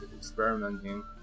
experimenting